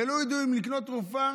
ולא יודעים אם לקנות תרופה